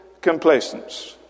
complacence